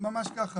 ממש ככה.